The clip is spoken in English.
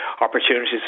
opportunities